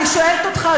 אני שואלת אותך,